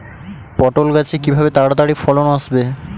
পটল গাছে কিভাবে তাড়াতাড়ি ফলন আসবে?